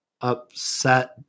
upset